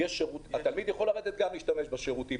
להשתמש בשירותים.